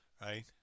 Right